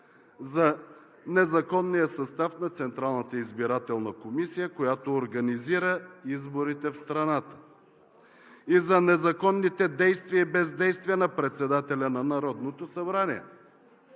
за незаконния състав на Централната избирателна комисия, която организира изборите в страната. И за незаконните действия и бездействия на председателя на Народното събрание.